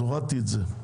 אז הורדתי את זה.